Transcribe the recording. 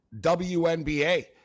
WNBA